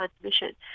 transmission